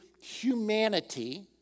humanity